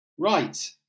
Right